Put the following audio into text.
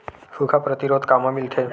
सुखा प्रतिरोध कामा मिलथे?